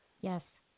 Yes